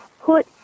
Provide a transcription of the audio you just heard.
put